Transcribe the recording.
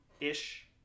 ish